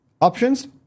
options